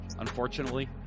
Unfortunately